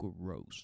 Gross